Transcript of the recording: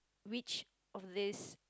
which of these